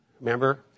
Remember